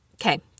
Okay